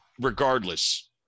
regardless